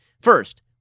First